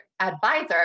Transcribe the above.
advisor